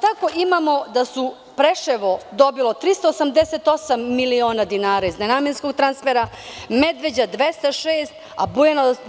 Tako imamo da je Preševo dobilo 388 miliona dinara iz nenamenskog transfera, Medveđa 206, a